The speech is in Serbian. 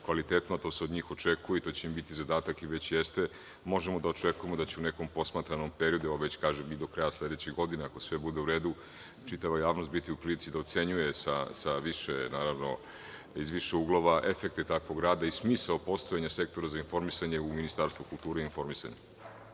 kvalitetno, a to se od njih očekuje i to će im biti zadata, već i jeste, možemo da očekujemo da ćemo u nekom posmatranom periodu, već kažem i do kraja sledeće godine, ako sve bude u redu, čitava javnost biti u prilici da ocenjuje iz više uglova efekte takvog rada i smisao postojanja sektora za informisanje u Ministarstvu kulture i informisanja.